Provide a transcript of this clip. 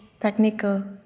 technical